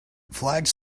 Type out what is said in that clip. flagged